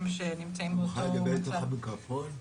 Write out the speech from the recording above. בוקר טוב,